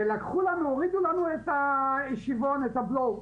והורידו לנו את הבלו,